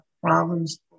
problems